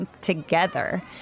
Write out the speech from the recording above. together